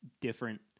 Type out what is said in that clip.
different